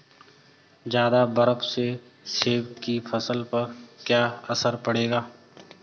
ज़्यादा बर्फ से सेब की फसल पर क्या असर पड़ेगा?